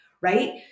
right